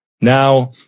now